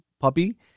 puppy